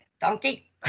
donkey